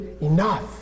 enough